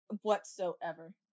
whatsoever